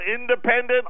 independent